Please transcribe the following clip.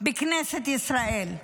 בכנסת ישראל.